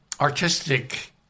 artistic